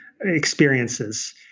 experiences